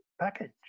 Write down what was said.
package